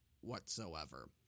whatsoever